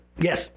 Yes